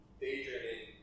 daydreaming